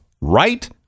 right